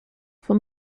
for